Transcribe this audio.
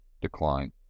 decline